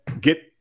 get –